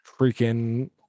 freaking